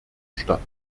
statt